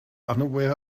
unaware